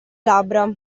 labbra